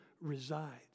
resides